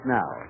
now